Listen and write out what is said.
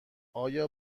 آیا